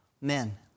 men